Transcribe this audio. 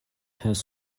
has